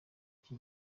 iki